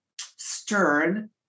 stern